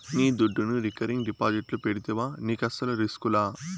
నీ దుడ్డును రికరింగ్ డిపాజిట్లు పెడితివా నీకస్సలు రిస్కులా